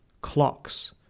Clocks